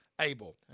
able